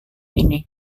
ini